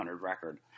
record